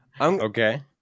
Okay